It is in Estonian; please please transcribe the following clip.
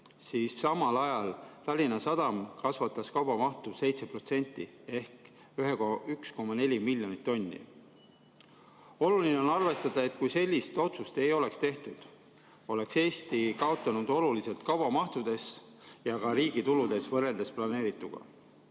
siis samal ajal Tallinna Sadam kasvatas kaubamahtu 7% ehk 1,4 miljonit tonni. Oluline on arvestada, et kui sellist otsust ei oleks tehtud, oleks Eesti kaotanud oluliselt kaubamahtudes ja ka riigi tuludes võrreldes planeerituga.